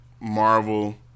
Marvel